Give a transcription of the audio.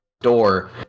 door